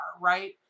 right